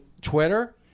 Twitter